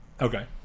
Okay